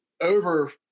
over